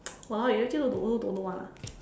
!walao! you everything also don't know don't know [one] ah